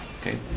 Okay